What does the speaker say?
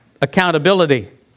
accountability